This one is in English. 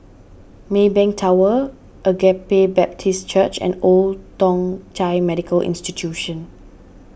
Maybank Tower Agape Baptist Church and Old Thong Chai Medical Institution